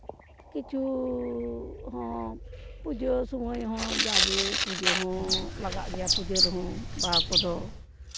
ᱠᱤᱪᱷᱩ ᱦᱚᱸ ᱯᱩᱡᱟᱹ ᱥᱚᱢᱚᱭ ᱦᱚᱸ ᱡᱟᱜᱮ ᱯᱩᱡᱟᱹ ᱨᱮᱦᱚᱸ ᱞᱟᱜᱟᱜ ᱜᱮᱭᱟ ᱯᱩᱡᱟᱹ ᱨᱮᱦᱚᱸ ᱵᱟᱦᱟ ᱠᱚᱫᱚ